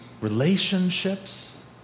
Relationships